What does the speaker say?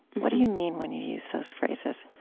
what do you mean when you use those phrases?